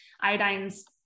Iodine's